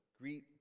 Greet